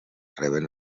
reben